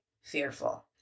fearful